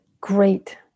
great